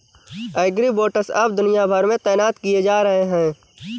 agribots अब दुनिया भर में तैनात किए जा रहे हैं